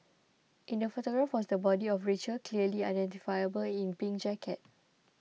in the photograph was the body of Rachel clearly identifiable in pink jacket